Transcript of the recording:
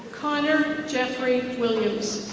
connor jefferey williams.